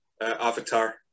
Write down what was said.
avatar